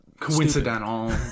coincidental